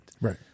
Right